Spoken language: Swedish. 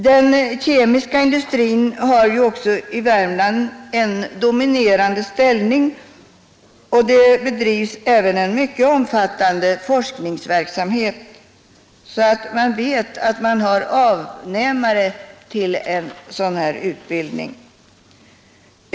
Den kemiska industrin har i Värmland en dominerande ställning och även en mycket omfattande forskningsverksamhet bedrivs där, varför man vet att det finns avnämare till dem som genomgått en sådan utbildning.